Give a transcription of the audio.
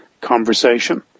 conversation